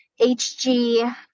HG